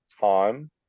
time